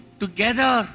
together